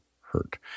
hurt